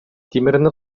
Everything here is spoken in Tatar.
тимерне